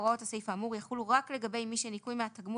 הוראות הסעיף האמור יחולו רק לגבי מי שניכוי מהתגמול